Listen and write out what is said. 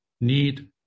need